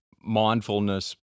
mindfulness